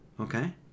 Okay